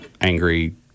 angry